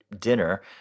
dinner